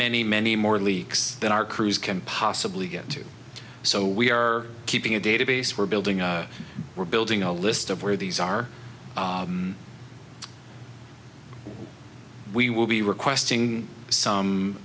many many more leaks than our crews can possibly get to so we are keeping a database we're building we're building a list of where these are we will be requesting some